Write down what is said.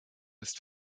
ist